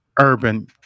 urban